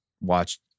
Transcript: watched